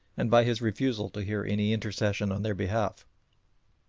and by his refusal to hear any intercession on their behalf.